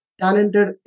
talented